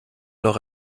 noch